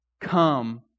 come